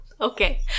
Okay